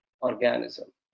organism